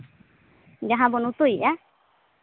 ᱡᱟᱦᱟᱸ ᱵᱚᱱ ᱩᱛᱩᱭᱮᱫᱼᱟ